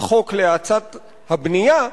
חוק להאצת הבנייה,